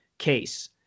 case